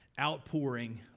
outpouring